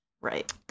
Right